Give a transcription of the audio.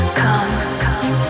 come